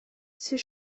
ses